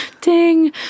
Ding